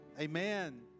amen